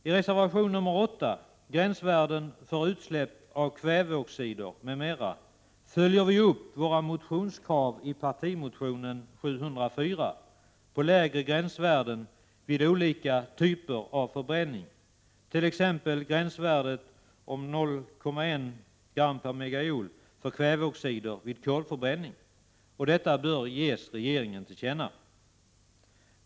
I reservation nr 8 om gränsvärden för utsläpp av kväveoxider m.m. följer moderater och folkpartister upp kraven i partimotionen 704 på lägre gränsvärden vid olika typer av förbränning, t.ex. gränsvärdet 0,1g/MJ för kväveoxider vid kolförbränning. Detta bör ges regeringen till känna.